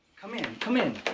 come in, come in.